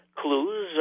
clues